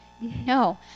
No